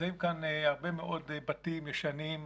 נמצאים כאן הרבה מאוד בתים ישנים,